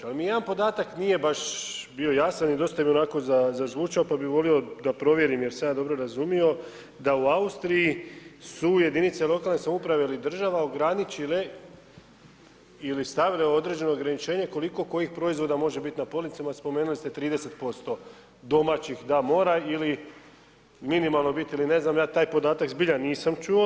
Ali mi jedan podatak nije baš bio jasan i dosta mi onako zazvučao, pa bi volio da provjerim je li sam ja dobro razumio da u Austriju su jedinice lokalne samouprave ili država ograničile ili stavile određeno ograničenje koliko kojih proizvoda može biti na policama, spomenuli ste 30% domaćih da mora ili minimalno biti ili ne znam ja taj podatak zbilja nisam čuo.